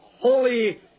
Holy